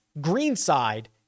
greenside